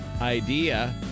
idea